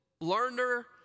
learner